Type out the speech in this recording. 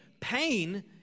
Pain